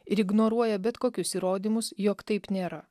ir ignoruoja bet kokius įrodymus jog taip nėra